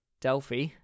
delphi